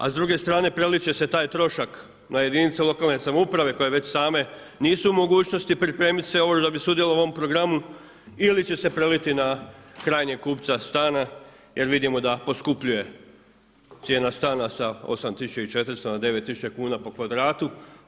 A s druge strane preliti će se taj trošak na jedinice lokalne samouprave koje već same nisu u mogućnosti pripremiti se još da bi sudjelovali u ovom programu ili će se preliti na krajnjeg kupca stana jer vidimo da poskupljuje cijena stana sa 8400 na 9000 kuna po kvadratu.